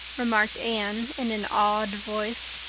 remarked anne in an awed voice.